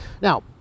Now